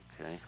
Okay